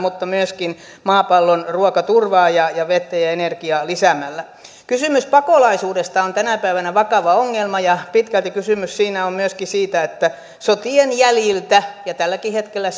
että myöskin maapallon ruokaturvaa ja ja vettä ja ja energiaa lisäämällä kysymys pakolaisuudesta on tänä päivänä vakava ongelma ja pitkälti kysymys siinä on myöskin siitä että sotien jäljiltä tälläkin hetkellä